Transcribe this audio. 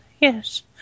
Yes